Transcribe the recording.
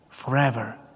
forever